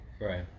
Right